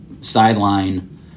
sideline